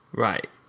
Right